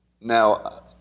now